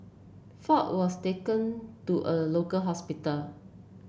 ford was taken to a local hospital